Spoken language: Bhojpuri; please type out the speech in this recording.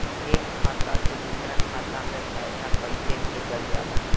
एक खाता से दूसरा खाता में पैसा कइसे भेजल जाला?